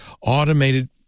automated